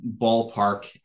ballpark